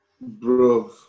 bro